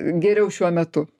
geriau šiuo metu